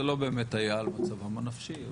זה לא באמת היה על מצבם הנפשי.